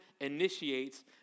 initiates